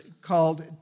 called